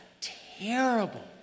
terrible